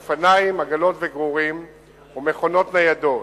אופניים, עגלות וגרורים ומכונות ניידות.